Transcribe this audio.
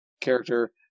character